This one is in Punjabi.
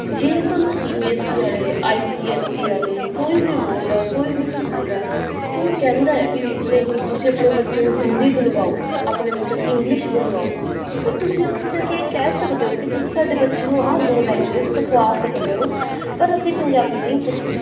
ਜੇ ਤੁਹਾਨੂੰ ਸੀ ਬੀ ਐਸ ਈ ਵਾਲੇ ਆਈ ਸੀ ਐਸ ਸੀ ਵਾਲੇ ਕੋਈ ਵੀ ਬੋਰਡ ਆ ਕੋਈ ਵੀ ਸਕੂਲ ਹੈ ਤੁਹਾਨੂੰ ਕਹਿੰਦਾ ਹੈ ਵੀ ਨਹੀਂ ਤੁਸੀਂ ਆਪਣੇ ਬੱਚੇ ਨੂੰ ਹਿੰਦੀ ਬੁਲਵਾਓ ਆਪਣੇ ਬੱਚੇ ਨੂੰ ਇੰਗਲਿਸ਼ ਬੁਲਵਾਓ ਤਾਂ ਤੁਸੀਂ ਉੱਥੇ ਜਾ ਕੇ ਇਹ ਕਹਿ ਸਕਦੇ ਹੋ ਕਿ ਤੁਸੀਂ ਸਾਡੇ ਬੱਚੇ ਨੂੰ ਆਹ ਦੋ ਲੈਂਗੁਏਜ ਸਿਖਾ ਸਕਦੇ ਹੋ ਪਰ ਅਸੀਂ ਪੰਜਾਬੀ ਨਹੀਂ ਛੱਡਣੀ